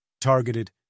targeted